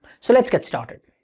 so let's get started.